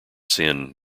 sin